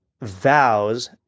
vows